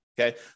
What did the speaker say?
Okay